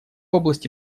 области